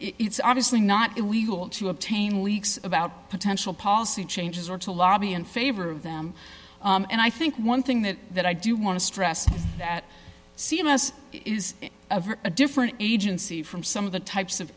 it's obviously not illegal to obtain leaks about potential policy changes or to lobby in favor of them and i think one thing that that i do want to stress that c m s is a different agency from some of the types of